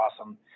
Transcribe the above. awesome